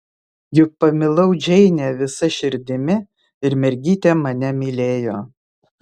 juk pamilau džeinę visa širdimi ir mergytė mane mylėjo